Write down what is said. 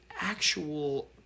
actual